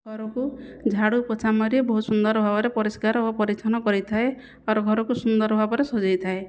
ଘରକୁ ଝାଡ଼ୁ ପୋଛା ମାରି ବହୁ ସୁନ୍ଦର ଭାବରେ ପରିଷ୍କାର ଓ ପରିଛନ୍ନ କରିଥାଏ ମୋର ଘରକୁ ସୁନ୍ଦର ଭାବରେ ସଜେଇ ଥାଏ